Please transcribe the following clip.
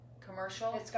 commercial